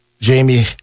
Jamie